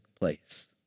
place